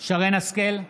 שרן מרים השכל,